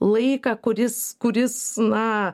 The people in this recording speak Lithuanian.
laiką kuris kuris na